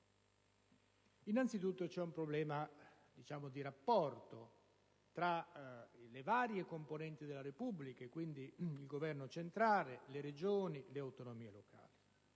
Innanzi tutto, c'è un problema di rapporto tra le varie componenti della Repubblica, e quindi il Governo centrale, le Regioni, le autonomie locali.